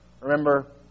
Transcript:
Remember